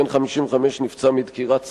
בן 55 נפצע מדקירת סכין,